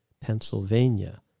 Pennsylvania